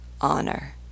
honor